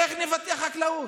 איך נפתח חקלאות?